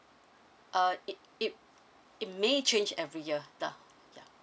uh it it it may change every year the ya